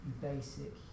basic